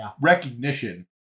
recognition